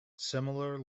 similar